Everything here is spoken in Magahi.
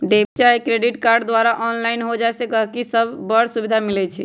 डेबिट चाहे क्रेडिट कार्ड द्वारा ऑनलाइन हो जाय से गहकि सभके बड़ सुभिधा मिलइ छै